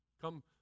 come